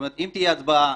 אם תהיה הצבעה